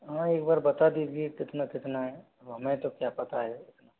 हाँ एक बार बता दीजिए कितना कितना है अब हमें तो क्या पता है